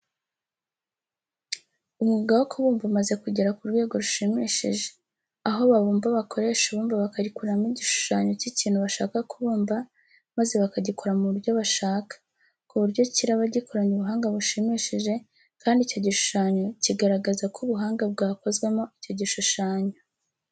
Umwuga wo kubumba umaze kugera ku rwego rushimishije, aho babumba bakoresha ibumba bakarikuramo igishushanyo cy'ikintu bashaka kubumba maze bakagikora mu buryo bashaka, ku buryo kiraba gikoranye ubuhanga bushimishije kandi icyo gishushanyo kigaragaza ko ubuhanga bwakozwemo icyo gishushanyo.